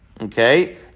Okay